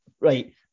Right